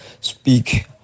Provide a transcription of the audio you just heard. speak